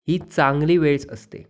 ही चांगली वेळच असते